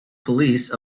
police